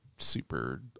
Super